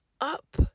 up